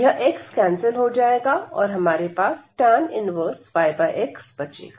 यह x cancel हो जाएगा और हमारे पास tan 1yx बचेगा